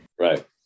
Right